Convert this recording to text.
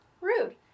Rude